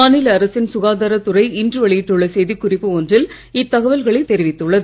மாநில அரசின் சுகாதாரத் துறை இன்று வெளியிட்டுள்ள செய்திக் குறிப்பு ஒன்றில் இத்தகவல்களை தெரிவித்துள்ளது